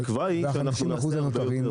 התקווה היא שאנחנו נעשה הרבה יותר.